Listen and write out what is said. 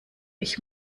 ich